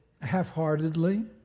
half-heartedly